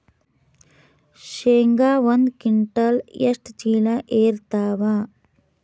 ಶೇಂಗಾ ಒಂದ ಕ್ವಿಂಟಾಲ್ ಎಷ್ಟ ಚೀಲ ಎರತ್ತಾವಾ?